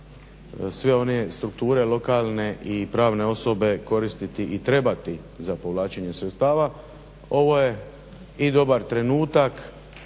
svi oni strukture lokalne i pravne osobe koristiti i trebati za povlačenje sredstava. Ovo je i dobar trenutak